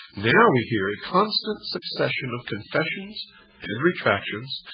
now we hear a constant succession of confessions and retractions,